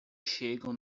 chegam